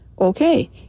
Okay